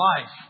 life